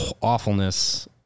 awfulness